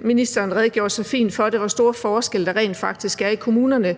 Ministeren redegjorde så fint for, hvor store forskelle der rent faktisk er i kommunerne.